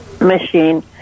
machine